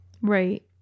Right